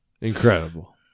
Incredible